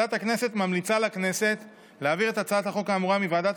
ועדת הכנסת ממליצה לכנסת להעביר את הצעת החוק האמורה מוועדת